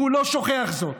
והוא לא שוכח זאת.